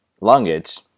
language